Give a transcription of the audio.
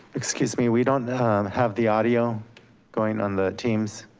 excuse me, we don't have the audio going on the teams.